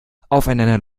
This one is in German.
aufeinander